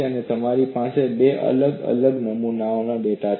અને તમારી પાસે બે અલગ અલગ નમુનાઓનો ડેટા છે